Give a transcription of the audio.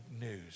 news